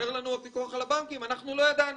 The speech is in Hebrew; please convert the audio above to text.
אומר לנו הפיקוח על הבנקים: אנחנו לא ידענו.